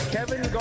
Kevin